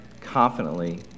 confidently